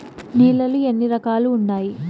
నేలలు ఎన్ని రకాలు వుండాయి?